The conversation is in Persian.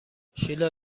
شیلا